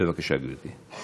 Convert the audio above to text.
בבקשה, גברתי,